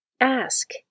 Ask